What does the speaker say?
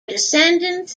descendants